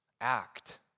act